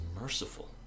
merciful